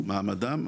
מעמדם?